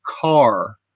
car